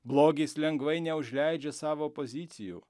blogis lengvai neužleidžia savo pozicijų